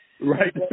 Right